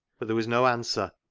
but there was no answer.